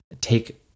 take